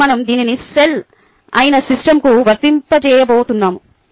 ఇప్పుడు మనం దీనిని సెల్ అయిన సిస్టమ్కు వర్తింపజేయబోతున్నాము